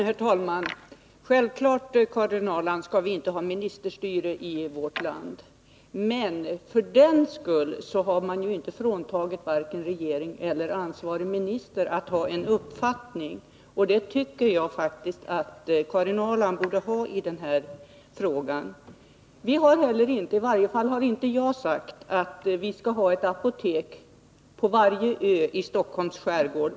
Herr talman! Självfallet, Karin Ahrland, skall vi inte ha ministerstyre i vårt land. Men för den skull har man inte fråntagit vare sig regeringen eller den ansvariga ministern rätten att ha en uppfattning, och det tycker jag faktiskt att Karin Ahrland borde ha i den här frågan. Vi har heller inte sagt — i varje fall har inte jag gjort det — att vi skall ha ett apotek på värje ö i Stockholms skärgård.